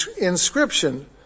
inscription